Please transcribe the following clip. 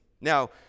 Now